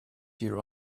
here